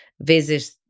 visit